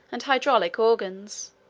and hydraulic organs,